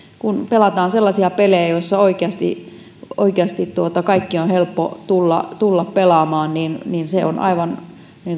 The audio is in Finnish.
kun pelataan sellaisia pelejä joissa oikeasti oikeasti kaikkien on helppo tulla tulla pelaamaan niin niin se on aivan